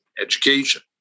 education